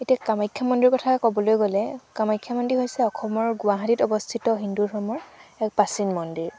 এতিয়া কামাখ্যা মন্দিৰৰ কথা ক'বলৈ গ'লে কামাখ্যা মন্দিৰ হৈছে অসমৰ গুৱাহাটীত অৱস্থিত হিন্দু ধৰ্মৰ এক প্ৰাচীন মন্দিৰ